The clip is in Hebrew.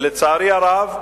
לצערי הרב,